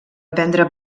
prendre